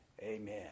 Amen